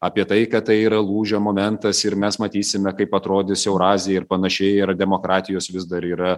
apie tai kad tai yra lūžio momentas ir mes matysime kaip atrodys eurazija ir panašiai ir ar demokratijos vis dar yra